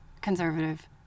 Conservative